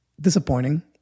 disappointing